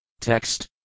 Text